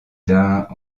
d’un